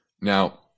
Now